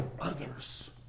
others